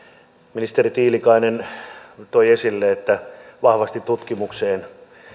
ministeri tiilikainen toi esille että vahvasti tutkimukseen